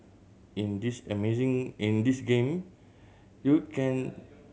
in this amazing in this game you can